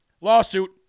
lawsuit